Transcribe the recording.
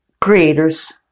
creators